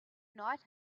not